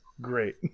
great